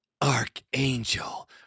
Archangel